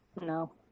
No